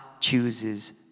chooses